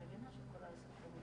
נוכל לעצור את השיגעון